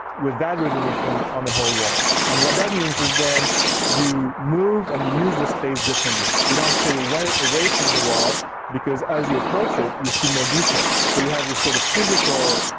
with that resolution on the whole wall. and what that means is then you move and you use the space differently. you don't stay away away from the wall because as you approach it you see more detail. so, you have this sort of physical